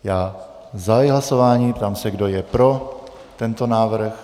Já zahajuji hlasování, ptám se, kdo je pro tento návrh.